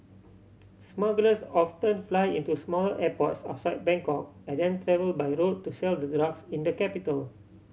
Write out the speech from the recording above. smugglers often fly into smaller airports outside Bangkok and then travel by road to sell the drugs in the capital